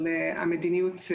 המדיניות,